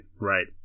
right